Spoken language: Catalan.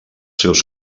seus